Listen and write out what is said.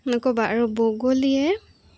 নক'বা আৰু বগলীয়ে